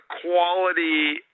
quality